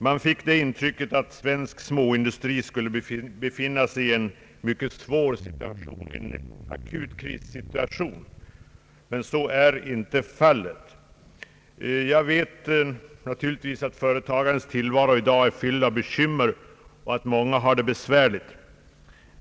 Man fick intrycket att svensk småindustri skulle befinna sig i en mycket svår situation, i en akut krissituation. Men så är inte fallet. Jag vet naturligtvis att företagarens tillvaro i dag är fylld av bekymmer och att många har det besvärligt.